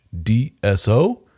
DSO